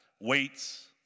weights